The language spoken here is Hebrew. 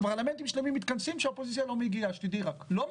פרלמנטים שלמים מתכנסים כשהאופוזיציה לא מגיעה,